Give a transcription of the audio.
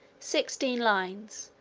sixteen lines,